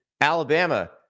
Alabama